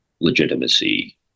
legitimacy